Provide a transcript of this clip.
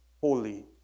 holy